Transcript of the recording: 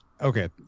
Okay